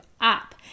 up